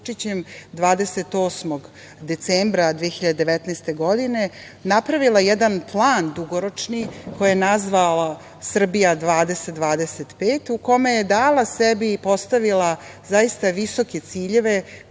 28. decembra 2019. godine, napravila jedan plan dugoročni, koji je nazvala „Srbija 2025“, u kome je dala sebi i postavila zaista visoke ciljeve